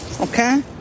Okay